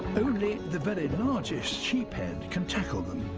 only the very largest sheephead can tackle them.